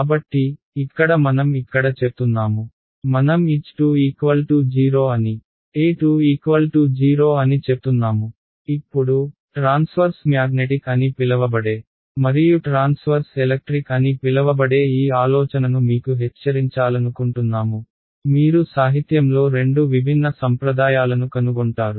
కాబట్టి ఇక్కడ మనం ఇక్కడ చెప్తున్నాము మనం H20 అని E20 అని చెప్తున్నాము ఇప్పుడు ట్రాన్స్వర్స్ మ్యాగ్నెటిక్ అని పిలవబడే మరియు ట్రాన్స్వర్స్ ఎలక్ట్రిక్ అని పిలవబడే ఈ ఆలోచనను మీకు హెచ్చరించాలనుకుంటున్నాము మీరు సాహిత్యంలో రెండు విభిన్న సంప్రదాయాలను కనుగొంటారు